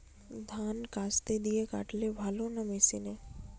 ধান কাস্তে দিয়ে কাটলে ভালো না মেশিনে?